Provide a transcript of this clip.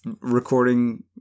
recording